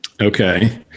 Okay